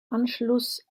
anschluss